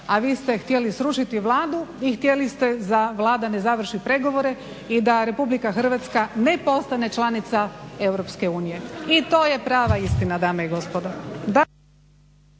a vi ste htjeli srušiti Vladu i htjeli ste da Vlada ne završi pregovore i da Republika Hrvatska ne postane članica Europske unije. I to je prava istina dame i gospodo.